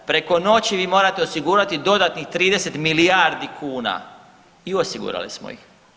Preko noći vi morate osigurati dodatnih 30 milijardi kuna i osigurali smo ih.